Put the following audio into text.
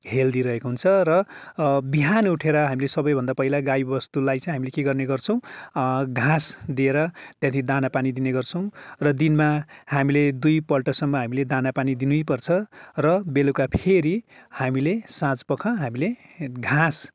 healthy रहेको हुन्छ र बिहानै उठेर हामीले सबैभन्दा पहिला गाई बस्तुलाई चाहिँ हामी के गर्ने गर्छौँ घाँस दिएर त्यहाँदेखि दाना पानी दिने गर्छौँ र दिनमा हामीले दुईपल्टसम्म हामीले दाना पानी दिनैपर्छ र बेलुका फेरी हामीले साँझपख हामीले घाँस